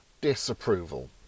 disapproval